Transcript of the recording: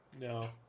No